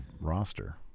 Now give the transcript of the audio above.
roster